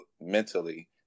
mentally